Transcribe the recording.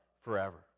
forever